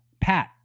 Pat